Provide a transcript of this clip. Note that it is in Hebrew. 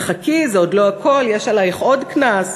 וחכי, זה עוד לא הכול, יש עלייך עוד קנס.